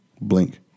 blink